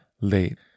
late